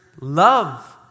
love